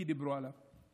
כי דיברו עליו.